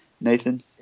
Nathan